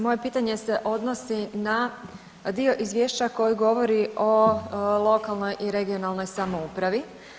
Moje pitanje se odnosi na dio Izvješća koji govori o lokalnoj i regionalnoj samoupravi.